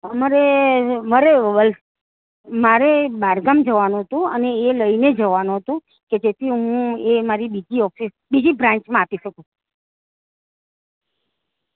અમારે મારે વલ મારે બહારગામ જવાનું હતું અને એ લઈને જવાનું હતું કે જેથી હું એ મારી બીજી ઓફિસ બીજી બ્રાન્ચમાં આપી શકું